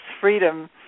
freedom